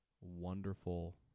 wonderful